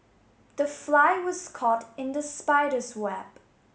the fly was caught in the spider's web